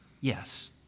Yes